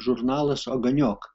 žurnalas oganiok